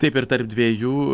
taip ir tarp dvejų